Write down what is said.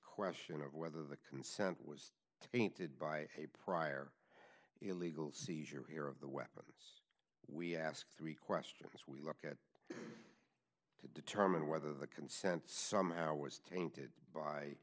question of whether the consent was tainted by a prior illegal seizure here of the weapons we ask three questions to determine whether the consent somehow was tainted